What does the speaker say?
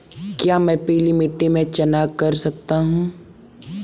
क्या मैं पीली मिट्टी में चना कर सकता हूँ?